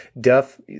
Duff